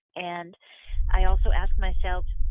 and i also asked myself,